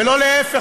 ולא להפך,